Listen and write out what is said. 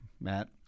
Matt